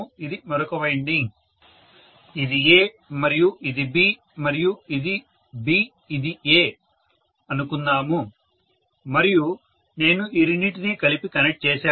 ఇది మరొక వైండింగ్ ఇది A మరియు ఇది B మరియు ఇది B ఇది A అనుకుందాము మరియు నేను ఈ రెండింటినీ కలిపి కనెక్ట్ చేశాను